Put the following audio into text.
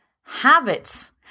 habits